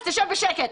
אז תשב בשקט.